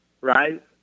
right